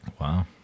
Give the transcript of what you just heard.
Wow